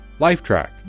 Lifetrack